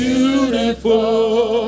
Beautiful